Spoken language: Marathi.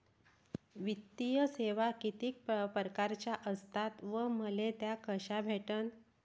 वित्तीय सेवा कितीक परकारच्या असतात व मले त्या कशा भेटन?